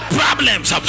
problems